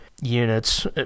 units